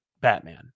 Batman